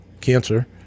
cancer